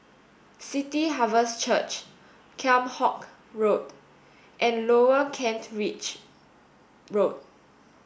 City Harvest Church Kheam Hock Road and Lower Kent Ridge Road